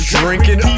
drinking